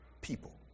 people